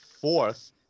fourth